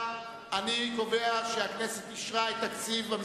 סעיף 26,